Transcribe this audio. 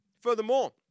Furthermore